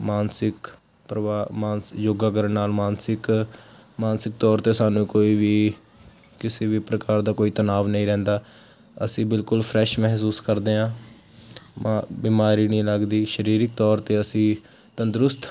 ਮਾਨਸਿਕ ਪ੍ਰਭਾਵ ਮਾਨਸੀ ਯੋਗਾ ਕਰਨ ਨਾਲ ਮਾਨਸਿਕ ਮਾਨਸਿਕ ਤੌਰ 'ਤੇ ਸਾਨੂੰ ਕੋਈ ਵੀ ਕਿਸੇ ਵੀ ਪ੍ਰਕਾਰ ਦਾ ਕੋਈ ਤਨਾਵ ਨਹੀਂ ਰਹਿੰਦਾ ਅਸੀਂ ਬਿਲਕੁਲ ਫਰੈਸ਼ ਮਹਿਸੂਸ ਕਰਦੇ ਹਾਂ ਬਿਮਾਰੀ ਨਹੀਂ ਲੱਗਦੀ ਸਰੀਰਕ ਤੌਰ 'ਤੇ ਅਸੀਂ ਤੰਦਰੁਸਤ